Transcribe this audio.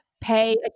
Pay